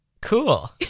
Cool